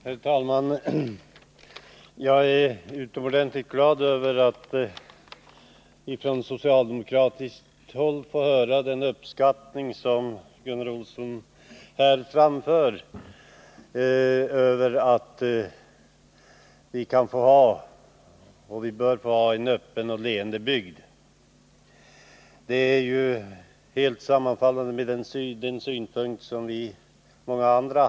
Herr talman! Jag är utomordentligt glad över att från socialdemokratiskt håll få höra den uppskattning, här framförd av Gunnar Olsson, som man ser i att få ha en öppen och leende bygd. Den uppfattningen sammanfaller helt med min och många andras.